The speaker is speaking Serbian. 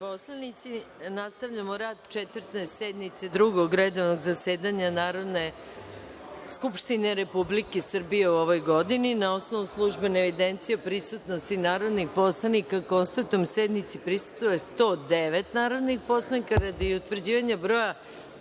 poslanici, nastavljamo rad Četvrte sednice Drugog redovnog zasedanja Narodne skupštine Republike Srbije u 2016. godini. Na osnovu službene evidencije o prisutnosti narodnih poslanika, konstatujem da sednici prisustvuje 109 narodnih poslanika. Radi utvrđivanja broja